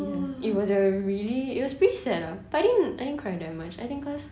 ya it was a really it was pretty sad lah but I didn't I didn't cry that much I think cause